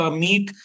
meat